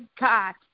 God